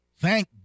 thank